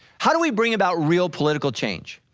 how do we bring about real political change?